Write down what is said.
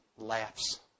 laughs